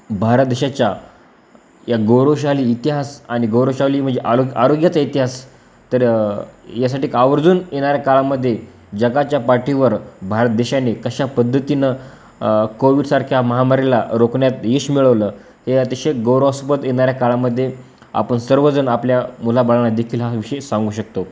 भारत देशाच्या या गौरवशाली इतिहास आणि गौरवशाली म्हणजे आरोग्य आरोग्याचा इतिहास तर यासाठी का आवर्जून येणाऱ्या काळामध्ये जगाच्या पाठीवर भारत देशाने कशा पद्धतीनं कोविडसारख्या महामारीला रोखण्यात यश मिळवलं हे अतिशय गौरवास्पद येणाऱ्या काळामध्ये आपण सर्वजण आपल्या मुलाबाळांना देखील हा विषयी सांगू शकतो